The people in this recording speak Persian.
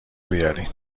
بیارین